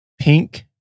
pink